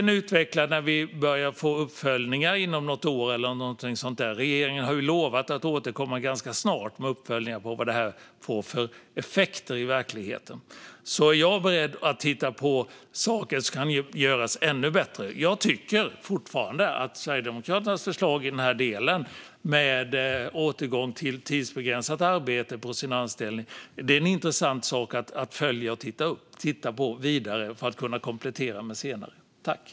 När vi börjar få uppföljningar inom något år eller så kan vi kanske utveckla. Regeringen har lovat att återkomma ganska snart med uppföljningar av vilka effekter det får i verkligheten. Jag är beredd att titta på saker som kan göras ännu bättre. Jag tycker fortfarande att Sverigedemokraternas förslag i den här delen, om återgång till tidsbegränsat arbete där man är anställd, är värt att titta vidare på för att kunna komplettera med det senare.